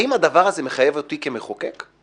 האם הדבר הזה מחייב אותי כמחוקק?